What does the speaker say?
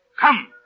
Come